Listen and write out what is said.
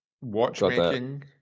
watchmaking